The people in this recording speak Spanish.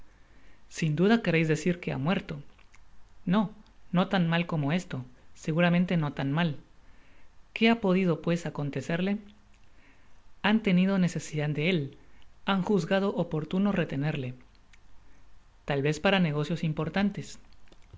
sin duda quereis decir que ha muerto no no tan mal como esto seguramente no tan mal qué ha podido pues acontecerle han tenido necesidad de él han juzgado oportuno retenerle tal vez para negocios importantes